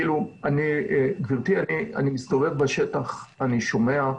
גבירתי, אני מסתובב בשטח, אני שומע.